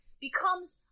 becomes